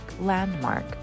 landmark